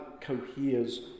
coheres